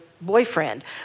boyfriend